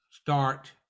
start